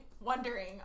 wondering